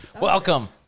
Welcome